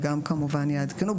וגם כמובן יעדכנו,